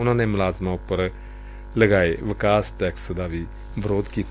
ਉਨੂਂ ਨੇ ਮੁਲਾਜ਼ਮਾਂ ਉਪਰ ਲਗਾਏ ਵਿਕਾਸ ਟੈਕਸ ਦਾ ਵੀ ਵਿਰੋਧ ਕੀਤਾ